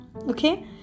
Okay